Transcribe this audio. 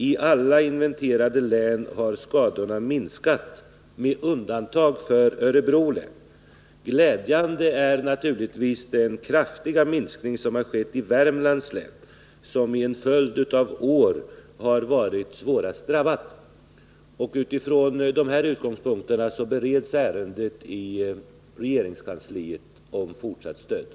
I alla inventerade län har skadorna minskat, med undantag av Örebro län. Glädjande är naturligtvis den kraftiga minskning som skett i Värmlands län, som i en följd av år varit svårast drabbat. Från dessa utgångspunkter bereds ärendet om fortsatt stöd i regeringskansliet.